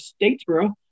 Statesboro